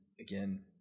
again